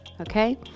okay